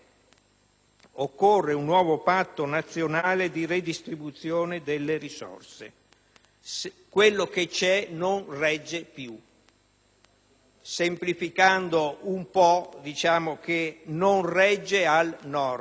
occorre un nuovo patto nazionale di redistribuzione delle risorse. Quello che c'è non regge più. Semplificando un po', diciamo che non regge al Nord.